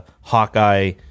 Hawkeye